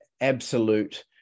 absolute